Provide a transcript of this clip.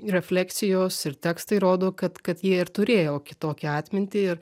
reflekcijos ir tekstai rodo kad kad jie ir turėjo kitokią atmintį ir